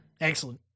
Excellent